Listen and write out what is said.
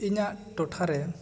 ᱤᱧᱟᱹᱜ ᱴᱚᱴᱷᱟ ᱨᱮ